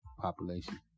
population